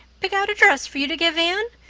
pick out a dress for you to give anne?